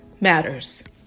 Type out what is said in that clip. matters